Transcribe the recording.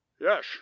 Yes